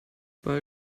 bei